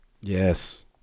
Yes